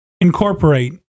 incorporate